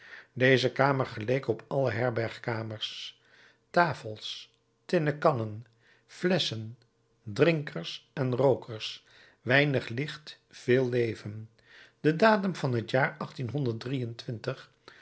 deze kamer geleek op alle herbergkamers tafels tinnen kannen flesschen drinkers en rookers weinig licht veel leven de datum van het jaar